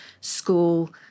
school